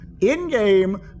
In-game